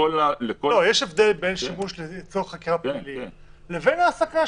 הרי יש הבדל בין שימוש לצורך חקירה פלילית לבין העסקה,